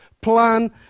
plan